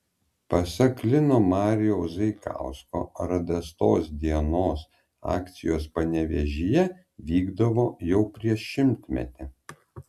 pasak lino marijaus zaikausko radastos dienos akcijos panevėžyje vykdavo jau prieš šimtmetį